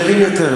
צעירים יותר.